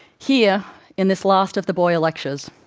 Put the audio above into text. here in this last of the boyer lectures,